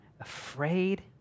afraid